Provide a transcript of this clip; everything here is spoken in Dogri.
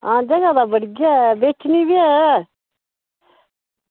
आं ते बाड़ी आं बेचनी ते ऐ